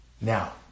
Now